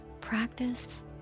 practice